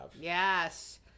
yes